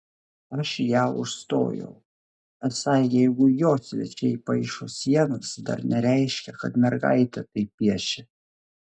aš ją užstojau esą jeigu jo svečiai paišo sienas dar nereiškia kad mergaitė taip piešia